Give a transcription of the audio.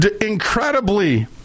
Incredibly